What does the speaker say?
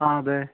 ആ അതെ